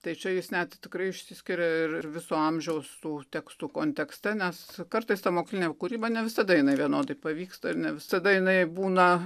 tai čia jis net tikrai išsiskiria ir viso amžiaus tų tekstų kontekste nes kartais ta mokslinė kūryba ne visada jinai vienodai pavyksta ir ne visada jinai būna